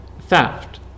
theft